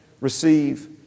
receive